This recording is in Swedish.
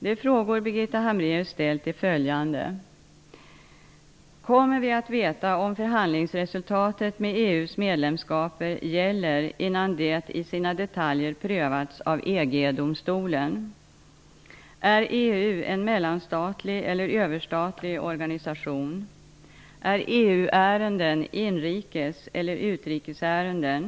De frågor som Birgitta Hambraeus har ställt är följande: 1. iKommer vi att veta om förhandlingsresultatet med EU:s medlemsstater gäller innan det i sina detaljer prövats av EG-domstolen? 2. iÄr EU en mellanstatlig eller överstatlig organisation? 3. iÄr EU-ärenden inrikes eller utrikesärenden?